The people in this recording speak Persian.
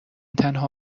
تنها